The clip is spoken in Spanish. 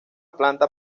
planta